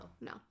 no